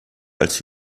als